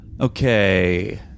okay